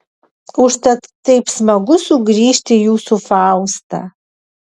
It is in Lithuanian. užtat taip smagu sugrįžti į jūsų faustą